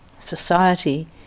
society